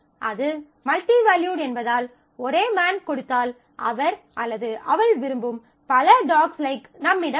அது multi valued என்பதால் ஒரே மேன் கொடுத்தால் அவர் அல்லது அவள் விரும்பும் பல டாஃக்ஸ் லைக்ஸ் dogs likes நம்மிடம் இருக்கும்